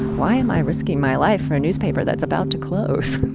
why am i risking my life for a newspaper that's about to close?